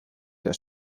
der